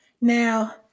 now